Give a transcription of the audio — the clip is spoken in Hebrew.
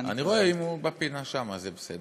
אני רואה, הוא שם בפינה, זה בסדר.